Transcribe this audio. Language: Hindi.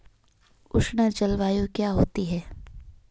उष्ण जलवायु क्या होती है?